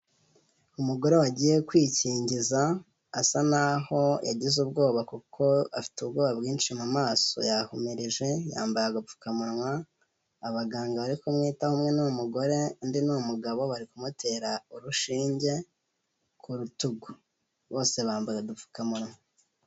Umugore wagiye kwikingiza asa naho yagize ubwoba kuko afite ubwoba bwinshi mu maso yahumireje, yambaye agapfukamunwa. Abaganga bari kumwitaho umwe n'umugore undi ni umugabo, bari kumutera urushinge ku rutugu bose bambaye udupfukamunwa.